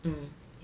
mm